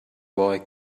boy